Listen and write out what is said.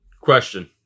Question